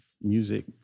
music